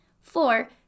Four